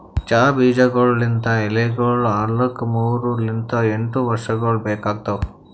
ಚಹಾ ಬೀಜಗೊಳ್ ಲಿಂತ್ ಎಲಿಗೊಳ್ ಆಲುಕ್ ಮೂರು ಲಿಂತ್ ಎಂಟು ವರ್ಷಗೊಳ್ ಬೇಕಾತವ್